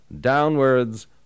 downwards